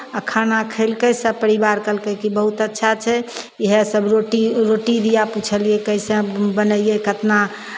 आ खाना खैलकै सभ परिवार कहलकै कि बहुत अच्छा छै इएहसभ रोटी रोटी दिआ पुछलियै कइसे बनैयै केतना